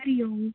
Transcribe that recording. हरिः ओम्